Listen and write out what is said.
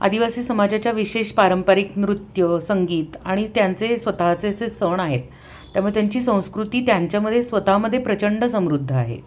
आदिवासी समाजाच्या विशेष पारंपारिक नृत्य संगीत आणि त्यांचे स्वतःचे असे सण आहेत त्यामुळे त्यांची संस्कृती त्यांच्यामध्ये स्वतःमध्ये प्रचंड समृद्ध आहे